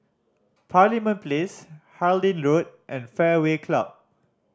Parliament Place Harlyn Road and Fairway Club